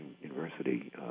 University